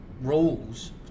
rules